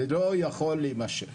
ולא יכול להימשך.